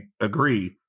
agree